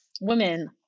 women